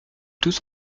tous